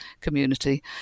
community